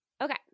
Okay